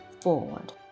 forward